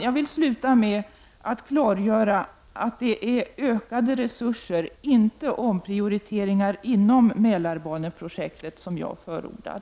Jag vill avsluta med att klargöra att det är ökade resurser och inte omprioriteringar inom Mälarbaneprojektet som jag förordar.